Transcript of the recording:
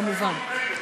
כמובן.